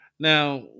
Now